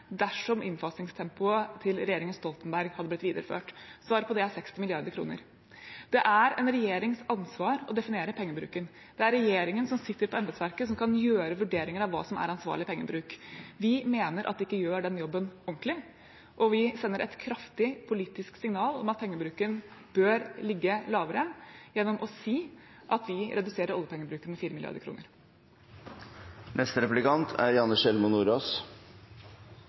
dersom innfasingstempoet til regjeringen Stoltenberg hadde blitt videreført. Svaret på det er 60 mrd. kr. Det er en regjerings ansvar å definere pengebruken. Det er regjeringen som sitter på embetsverket, som kan gjøre vurderinger av hva som er ansvarlig pengebruk. Vi mener at de ikke gjør den jobben ordentlig, og vi sender et kraftig politisk signal om at pengebruken bør ligge lavere, gjennom å si at vi reduserer oljepengebruken med 4 mrd. kr. Det er